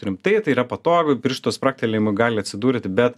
rimtai tai yra patogu piršto spragtelėjimu gali atsidurti bet